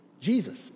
Jesus